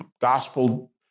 gospel